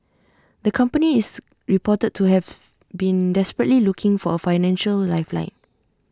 the company is reported to have been desperately looking for A financial lifeline